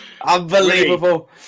Unbelievable